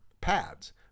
pads